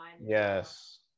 Yes